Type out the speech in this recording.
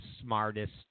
smartest